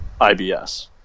IBS